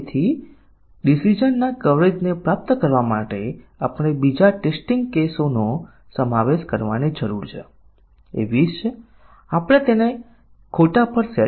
તેથી program element કવરેજના આધારે વ્હાઇટ બોક્સ પરીક્ષણ માટે આપણી પાસે વિવિધ વ્યૂહરચના હશે